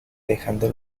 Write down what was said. dejando